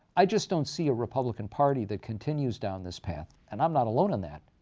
i just don't see a republican party that continues down this path. and i'm not alone in that.